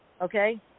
okay